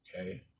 okay